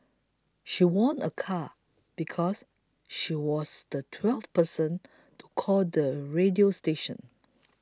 she won a car because she was the twelfth person to call the radio station